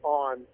on